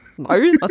No